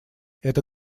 это